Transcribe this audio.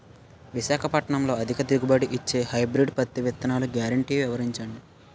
విశాఖపట్నంలో అధిక దిగుబడి ఇచ్చే హైబ్రిడ్ పత్తి విత్తనాలు గ్యారంటీ వివరించండి?